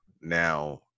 Now